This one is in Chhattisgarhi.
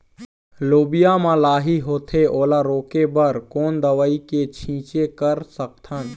लोबिया मा लाही होथे ओला रोके बर कोन दवई के छीचें कर सकथन?